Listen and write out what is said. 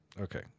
Okay